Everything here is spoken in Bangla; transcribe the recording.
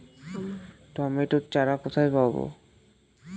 টমেটো চারা কোথায় পাবো?